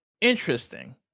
Interesting